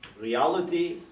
reality